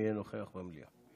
אם יהיה נוכח במליאה.